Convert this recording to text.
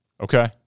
Okay